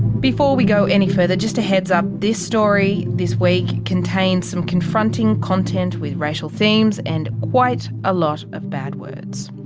before we go any further, just a heads up, this story, this week contains some confronting content with racial themes and quite a lot of bad words.